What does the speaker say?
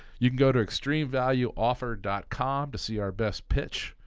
you can go to extremevalueoffer dot com to see our best pitch.